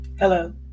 Hello